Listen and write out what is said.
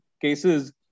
cases